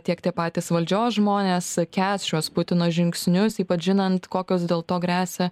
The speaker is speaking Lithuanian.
tiek tie patys valdžios žmonės kęs šiuos putino žingsnius ypač žinant kokios dėl to gresia